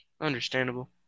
Understandable